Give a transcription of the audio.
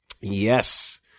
Yes